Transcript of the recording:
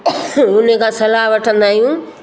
उन खां सलाह वठंदा आहियूं